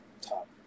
top